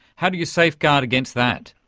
how do you safeguard against that?